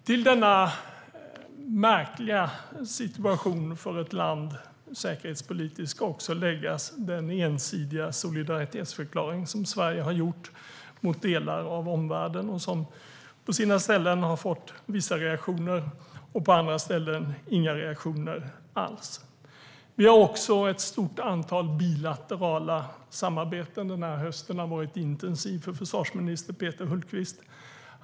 Till denna märkliga säkerhetspolitiska situation för ett land ska också läggas den ensidiga solidaritetsförklaring som Sverige har gjort mot delar av omvärlden, som på sina ställen har fått vissa reaktioner och på andra ställen inga reaktioner alls. Det finns också ett stort antal bilaterala samarbeten. Den här hösten har varit intensiv för försvarsminister Peter Hultqvist.